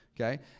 okay